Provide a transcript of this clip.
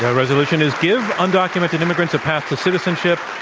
ah resolution is give undocumented immigrants a path to citizenship.